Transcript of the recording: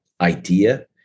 idea